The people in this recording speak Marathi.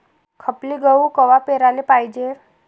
खपली गहू कवा पेराले पायजे?